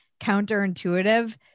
counterintuitive